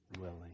willing